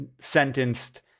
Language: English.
sentenced